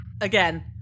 again